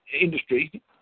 industry